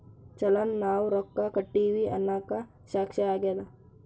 ಚಲನ್ ನಾವ್ ರೊಕ್ಕ ಕಟ್ಟಿವಿ ಅನ್ನಕ ಸಾಕ್ಷಿ ಆಗ್ಯದ